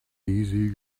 easy